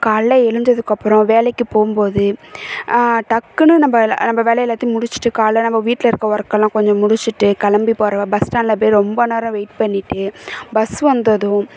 காலைல எழுந்ததுக்கப்பறம் வேலைக்கு போகும்போது டக்குன்னு நம்ம நம்ம வேலை எல்லாத்தையும் முடித்துட்டு காலைல நம்ம வீட்டில் இருக்கற ஒர்க்கெல்லாம் கொஞ்சம் முடித்துட்டு கிளம்பி போகிறோம் பஸ் ஸ்டாண்ட்டில் போய் ரொம்ப நேரம் வெயிட் பண்ணிட்டு பஸ் வந்ததும்